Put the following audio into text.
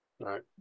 right